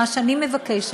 מה שאני מבקשת,